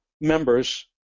members